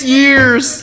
years